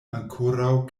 ankoraŭ